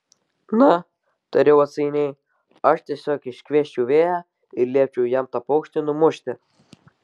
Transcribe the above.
na tariau atsainiai aš tiesiog iškviesčiau vėją ir liepčiau jam tą paukštį numušti